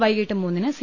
വൈകീട്ട് മൂന്നിന് സി